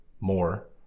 more